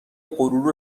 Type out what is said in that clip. غرور